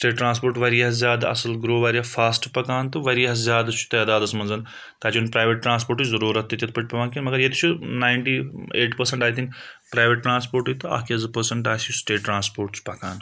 چھِ state transport واریاہ زیادٕ اصٕل گرٛو واریاہ فاسٹ پکان تہٕ واریاہ زیادٕ چھُ تعدادَس مَنٛز تتہِ چھُنہٕ پرایویٹ ٹرانسپوٹٕچ ضروٗرت تہِ تِتھ پٲٹھۍ پیوان کینٛہہ مگر ییٚتہِ چھُ ناینٹی ایٹ پٔرسنٹ آے تھِنک پرایویٹ ٹرانسپوٹٕے تہٕ اَکھ یا زٕ پٔرسنٹ آسہِ سٹیٹ ٹرانسپوٹ چھُ پکان